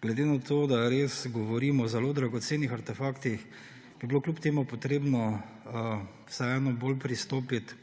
Glede na to, da res govorimo o zelo dragocenih artefaktih, bi bilo kljub temu potrebno vseeno bolj pristopiti